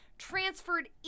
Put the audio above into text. Transferred